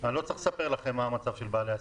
אני לא צריך לספר לכם מה המצב של בעלי העסקים.